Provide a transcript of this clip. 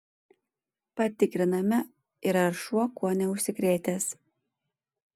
patikriname ir ar šuo kuo neužsikrėtęs